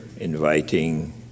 inviting